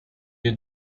you